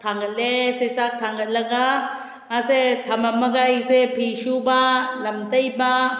ꯊꯥꯡꯒꯠꯂꯦ ꯁꯦ ꯆꯥꯛ ꯊꯥꯡꯒꯠꯂꯒ ꯃꯥꯁꯦ ꯊꯝꯃꯝꯃꯒ ꯑꯩꯁꯦ ꯐꯤ ꯁꯨꯕ ꯂꯝ ꯇꯩꯕ